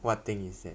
what thing is it